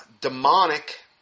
demonic